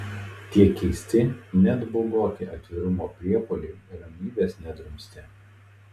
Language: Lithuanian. tie keisti net baugoki atvirumo priepuoliai ramybės nedrumstė